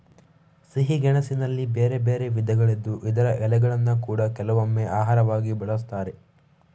ಸಿಹಿ ಗೆಣಸಿನಲ್ಲಿ ಬೇರೆ ಬೇರೆ ವಿಧಗಳಿದ್ದು ಇದರ ಎಲೆಗಳನ್ನ ಕೂಡಾ ಕೆಲವೊಮ್ಮೆ ಆಹಾರವಾಗಿ ಬಳಸ್ತಾರೆ